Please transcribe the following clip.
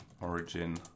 origin